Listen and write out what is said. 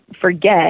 forget